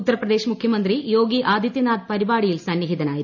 ഉത്തർ പ്രദേശ് മുഖ്യമന്ത്രി യോഗി ആദിത്യനാഥ് പരിപാടിയിൽ സന്നിഹിതനായിരുന്നു